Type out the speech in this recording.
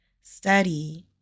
study